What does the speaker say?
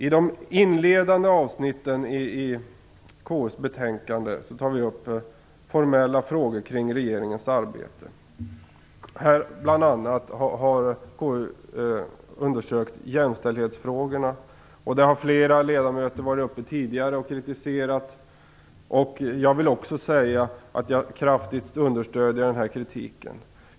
I de inledande avsnitten i KU:s betänkande tar vi upp formella frågor kring regeringens arbete. KU har bl.a. undersökt jämställdshetsfrågorna. Flera ledamöter har tidigare kritiserat jämställdheten. Jag vill också säga att jag kraftigt understöder den här kritiken.